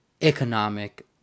economic